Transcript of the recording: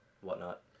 whatnot